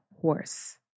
horse